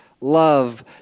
love